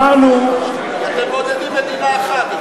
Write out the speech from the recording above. אתם מעודדים מדינה אחת,